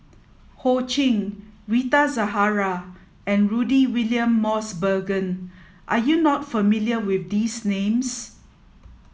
Ho Ching Rita Zahara and Rudy William Mosbergen are you not familiar with these names